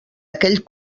aquell